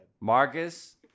Marcus